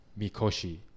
mikoshi